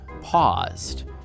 paused